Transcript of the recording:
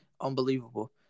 unbelievable